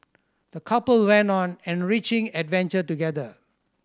the couple went on an enriching adventure together